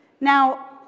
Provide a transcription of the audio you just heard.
Now